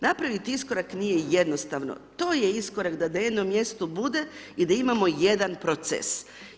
Napraviti iskorak nije jednostavno, to je iskorak da na jednom mjestu bude i da imamo jedan proces.